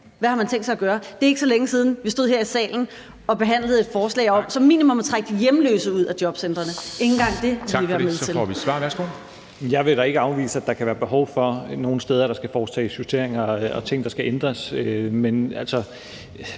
Hvad har man tænkt sig at gøre? Det er ikke så længe siden, vi stod her i salen og behandlede et forslag om som minimum at trække de hjemløse ud af jobcentrene. Ikke engang det ville I være med til. Kl. 10:08 Formanden : Tak for det. Så får vi et svar. Værsgo. Kl. 10:08 Rasmus Stoklund (S) : Jeg vil da ikke afvise, at der kan være behov for, at der nogle steder skal foretages justeringer og ændres på nogle ting.